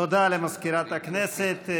תודה למזכירת הכנסת.